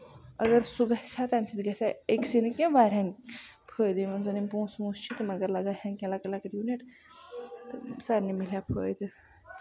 اَگر سُہ گژھِ ہا تَمہِ سۭتۍ گژھِ ہا أکۍ سٕے نہٕ کیٚنہہ واریاہَن فٲید یِوان یِم اَگر زَن پوںسہٕ وٚننسہٕ چھِ تِم اَگر لَگن کیٚنہہ لۄکٔٹ لۄکٔٹ یوٗنِٹ سارنہِ مِلہِ ہے فٲیدٕ